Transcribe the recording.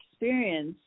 experience